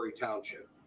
Township